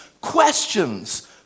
questions